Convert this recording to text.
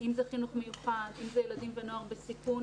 אם זה חינוך מיוחד, אם זה ילדים ונוער בסיכון.